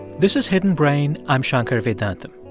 this is hidden brain. i'm shankar vedantam